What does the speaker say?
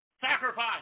sacrifice